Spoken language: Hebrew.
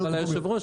אבל היושב-ראש,